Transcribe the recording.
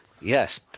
yes